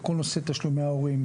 בכל נושא תשלומי ההורים,